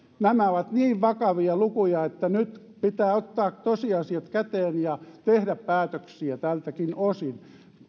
nämä ovat niin vakavia lukuja että nyt pitää ottaa tosiasiat käteen ja tehdä päätöksiä tältäkin osin